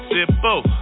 Simple